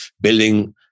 building